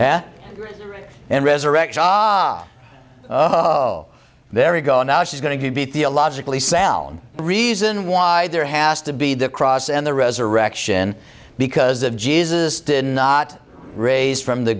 cross and resurrect job oh there we go now she's going to be theologically sound reason why there has to be the cross and the resurrection because of jesus did not raise from the